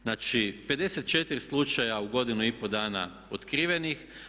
Znači, 54 slučaja u godinu i pol dana otkrivenih.